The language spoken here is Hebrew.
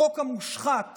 החוק המושחת